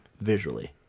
visually